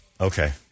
Okay